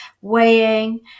weighing